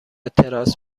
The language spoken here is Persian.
تراس